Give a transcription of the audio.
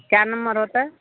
कै नम्बर होतै